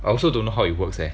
I also don't know how it works leh